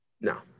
no